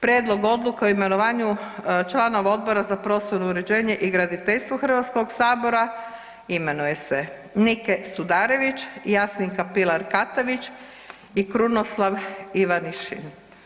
Prijedlog odluke o imenovanju članova Odbora za prostorno uređenje i graditeljstvo Hrvatskog sabora imenuje se Nike Sudarević, Jasminka Pilar Katavić i Krunoslav Ivanišin.